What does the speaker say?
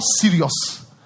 serious